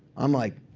i'm like,